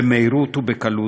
במהירות ובקלות,